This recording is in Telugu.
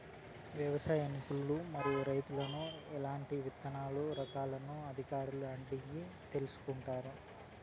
వ్యవసాయ నిపుణులను మరియు రైతులను ఎట్లాంటి విత్తన రకాలను అధికారులను అడిగి తెలుసుకొంటారు?